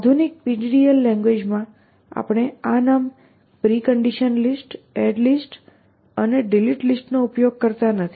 આધુનિક PDDL ભાષામાં આપણે આ નામ પ્રિકન્ડિશન લિસ્ટ એડ લિસ્ટ અને ડિલીટ લિસ્ટ નો ઉપયોગ કરતા નથી